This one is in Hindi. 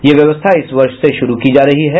यह व्यवस्था इस वर्ष से शुरू की जा रही है